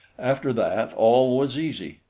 after that, all was easy.